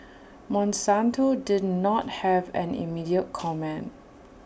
monsanto did not have an immediate comment